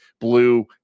blue